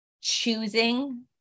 choosing